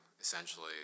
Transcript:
essentially